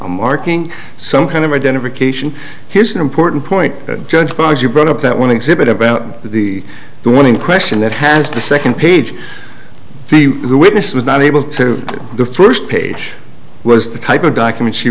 marking some kind of identification here's an important point to judge by as you brought up that one exhibit about the the one in question that has the second page the witness was not able to the first page was the type of document she